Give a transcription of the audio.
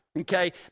okay